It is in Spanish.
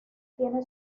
tiene